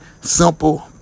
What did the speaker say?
simple